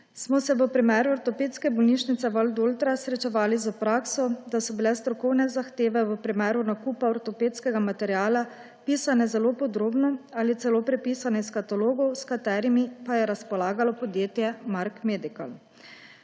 Primsell. V primeru Ortopedske bolnišnice Valdoltra smo se srečevali s prakso, da so bile strokovne zahteve v primeru nakupa ortopedskega materiala pisane zelo podrobno ali celo prepisane iz katalogov, s katerimi pa je razpolagalo podjetje Mark Medical.